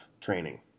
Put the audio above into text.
training